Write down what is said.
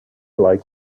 like